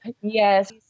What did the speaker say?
Yes